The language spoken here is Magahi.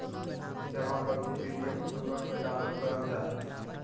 जमा पर्ची पीडीएफ फॉर्मेट में डाउनलोड करल जा हय